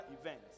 events